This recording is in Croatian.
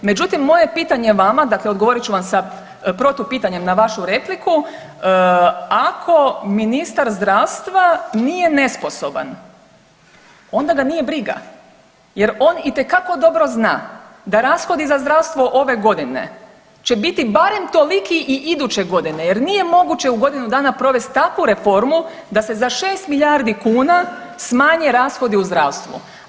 Međutim, moje pitanje vama dakle odgovorit ću vam sa protupitanjem na vašu repliku, ako ministar zdravstva nije nesposoban onda ga nije briga jer on itekako dobro zna da rashodi za zdravstvo ove godine će biti barem toliki i iduće godine jer nije moguće u godinu dana provest takvu reformu da se za 6 milijardi kuna smanje rashodi u zdravstvu.